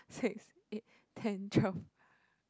six eight ten twelve